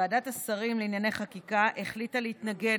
ועדת השרים לענייני חקיקה החליטה להתנגד